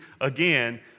again